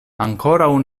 ankoraŭ